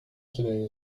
today